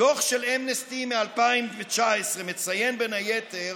דוח של אמנסטי מ-2019 מציין בין היתר